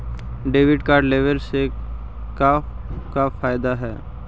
Debit card लेवे से का का फायदा है?